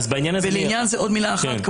עוד מילה אחת,